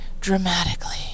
dramatically